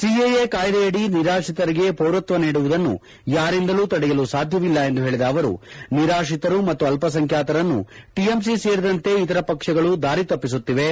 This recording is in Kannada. ಸಿಎಎ ಕಾಯ್ದೆಯಡಿ ನಿರಾತ್ರಿತರಿಗೆ ಪೌರತ್ವ ನೀಡುವುದನ್ನು ಯಾರಿಂದಲೂ ತಡೆಯಲು ಸಾಧ್ಯವಿಲ್ಲ ಎಂದು ಹೇಳಿದ ಅವರು ನಿರಾತ್ರಿತರು ಮತ್ತು ಅಲ್ಪಸಂಖ್ಯಾತರನ್ನು ಟಿಎಂಸಿ ಸೇರಿದಂತೆ ಇತರ ಪ್ರತಿಪಕ್ಷಗಳು ದಾರಿ ತಪ್ಪಿಸುತ್ತಿವೆ